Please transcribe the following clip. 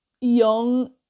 young